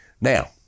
Now